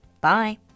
Bye